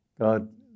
God